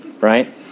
right